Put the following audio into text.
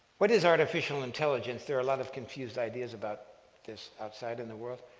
what is artificial intelligence? there're a lot of confused ideas about this outside in the world,